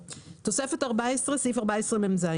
תוספת ארבע עשרה (סעיף 14מז)